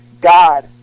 God